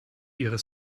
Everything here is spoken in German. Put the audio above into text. ihrer